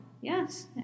Yes